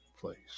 place